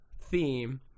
theme